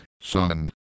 son